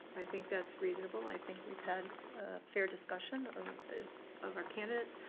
i think that's reasonable. i think we've had a fair discussion of our candidates.